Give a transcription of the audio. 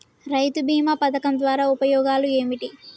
రైతు బీమా పథకం ద్వారా ఉపయోగాలు ఏమిటి?